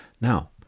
Now